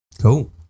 cool